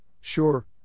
Sure